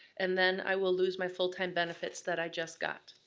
and then i will lose my full-time benefits that i just got.